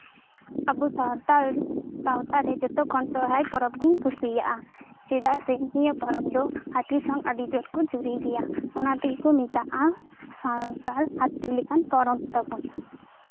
ᱟᱵᱚ ᱥᱟᱱᱛᱟᱞ ᱥᱟᱶᱛᱟ ᱨᱮ ᱡᱚᱛᱚ ᱠᱷᱚᱱ ᱥᱚᱨᱦᱟᱭ ᱯᱚᱨᱚᱵᱽ ᱜᱮᱧ ᱠᱩᱥᱤᱭᱟᱜᱼᱟ ᱪᱮᱫᱟᱜ ᱥᱮ ᱱᱤᱭᱟᱹ ᱯᱚᱨᱚᱵᱽ ᱫᱚ ᱦᱟᱹᱛᱤ ᱥᱟᱶᱠᱚ ᱟᱹᱰᱤ ᱡᱩᱛ ᱠᱚ ᱡᱩᱨᱤᱭ ᱜᱮᱭᱟ ᱚᱱᱟ ᱛᱮᱜᱮ ᱠᱚ ᱢᱮᱛᱟᱜᱼᱟ ᱥᱟᱱᱛᱟᱞ ᱦᱟᱹᱛᱤ ᱞᱮᱠᱟᱱ ᱯᱚᱨᱚᱵᱽ ᱛᱟᱵᱚᱱ